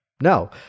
No